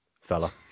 fella